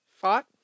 Fought